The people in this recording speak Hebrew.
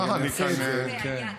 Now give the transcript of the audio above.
כן.